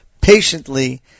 patiently